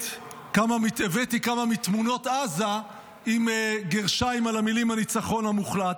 הבאתי כמה מתמונות עזה עם גרשיים על המילים "הניצחון המוחלט".